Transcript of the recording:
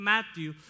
Matthew